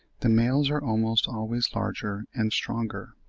the males are almost always larger and stronger.